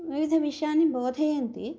विविधविषयान् बोधयन्ति